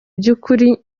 by’ukuri